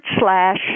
slash